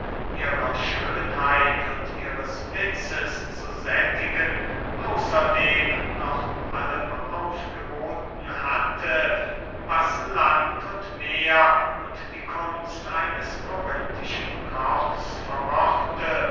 ihrer schönheit und ihres witzes zu sättigen außerdem noch allem aufgeboten hatte was land und meer und die kunst eines korinthischen kochs vermochte